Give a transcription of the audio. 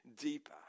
deeper